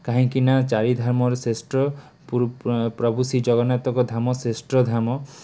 କାହିଁକିନା ଚାରିଧାମରେ ଶ୍ରେଷ୍ଠ ପ୍ରଭୁ ଶ୍ରୀଜଗନ୍ନାଥଙ୍କ ଧାମ ଶ୍ରେଷ୍ଠଧାମ